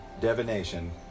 divination